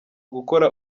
gukora